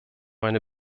eine